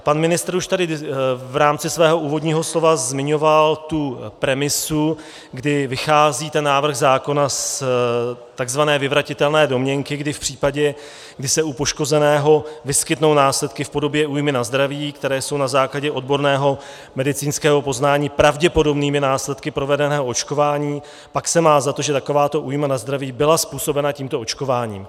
Pan ministr už tady v rámci svého úvodního slova zmiňoval tu premisu, kdy vychází návrh zákona z takzvané vyvratitelné domněnky, kdy v případě, kdy se u poškozeného vyskytnou následky v podobě újmy na zdraví, které jsou na základě odborného medicínského poznání pravděpodobnými následky provedeného očkování, pak se má za to, že takováto újma na zdraví byla způsobena tímto očkováním.